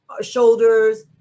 shoulders